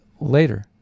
later